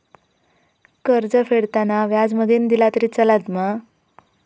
कर्ज फेडताना व्याज मगेन दिला तरी चलात मा?